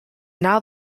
now